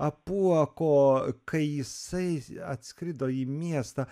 apuoko kai jisai atskrido į miestą